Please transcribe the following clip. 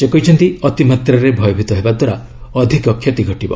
ସେ କହିଛନ୍ତି ଅତି ମାତ୍ରାରେ ଭୟଭୀତ ହେବା ଦ୍ୱାରା ଅଧିକ କ୍ଷତି ଘଟିବ